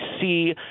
see